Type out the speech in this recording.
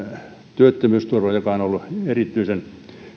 työttömyysturva joka on ollut erityisen